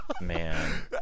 man